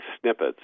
snippets